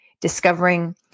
discovering